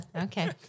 Okay